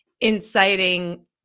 inciting